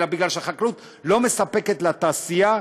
אלא כי החקלאות מספקת לתעשייה,